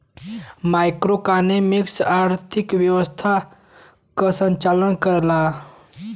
macroeconomics अर्थव्यवस्था क संचालन करला